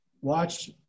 watch